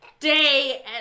day